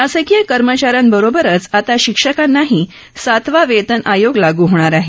शासकीय कर्मचाऱ्यांबरोबरच आता शिक्षकांनाही सातवा वेतन आयोग लागू होणार आहे